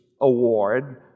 award